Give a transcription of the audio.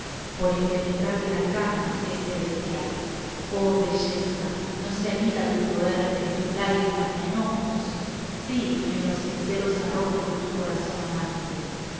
por impenetrable arcano es celestial oh belleza no se anida tu poder esteban echeveeeía en tus lágrimas ni enojos sí en los sinceros arrojos de tu corazón amante